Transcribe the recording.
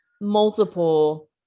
multiple